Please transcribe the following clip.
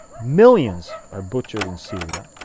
millions are butchered in syria.